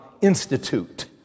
Institute